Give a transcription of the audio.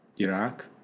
Iraq